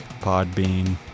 Podbean